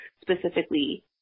specifically